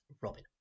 Robin